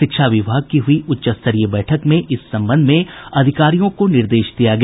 शिक्षा विभाग की हुई उच्चस्तरीय बैठक में इस संबंध में अधिकारियों को निर्देश दिया गया